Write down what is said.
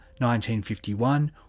1951